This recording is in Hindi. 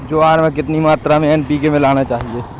ज्वार में कितनी अनुपात में एन.पी.के मिलाना चाहिए?